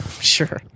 Sure